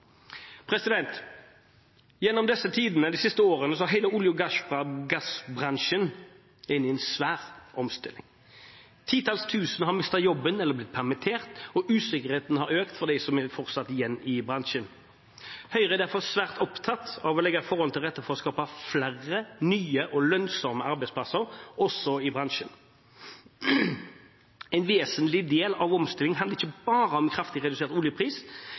Gjennom de siste årene har hele olje- og gassbransjen vært inne i en svær omstilling. Titalls tusen har mistet jobben eller blitt permittert, og usikkerheten har økt for dem som fortsatt er igjen i bransjen. Høyre er derfor svært opptatt av å legge forholdene til rette for å skape flere nye og lønnsomme arbeidsplasser også i denne bransjen. En vesentlig del av omstillingen handler ikke bare om en kraftig redusert oljepris,